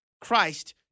Christ